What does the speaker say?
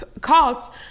cost